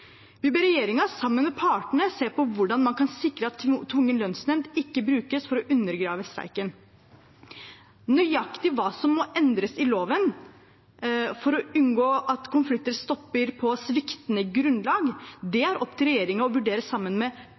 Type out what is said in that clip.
Vi ber regjeringen sammen med partene se på hvordan man kan sikre at tvungen lønnsnemnd ikke brukes for å undergrave streik. Nøyaktig hva som må endres i loven for å unngå at konflikter stopper på sviktende grunnlag, er opp til regjeringen å vurdere sammen med